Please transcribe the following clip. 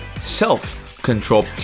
self-control